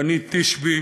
גנית תשבי.